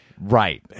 right